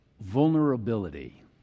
vulnerability